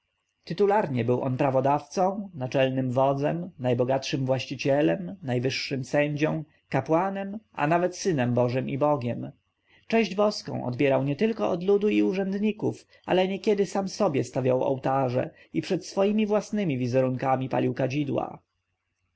tytularnie był on prawodawcą naczelnym wodzem najbogatszym właścicielem najwyższym sędzią kapłanem a nawet synem bożym i bogiem cześć boską odbierał nietylko od ludu i urzędników ale niekiedy sam sobie stawiał ołtarze i przed swymi własnemi wizerunkami palił kadzidła